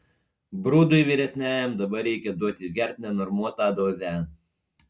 brudui vyresniajam dabar reikia duot išgert nenormuotą dozę